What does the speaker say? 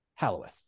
Halloweth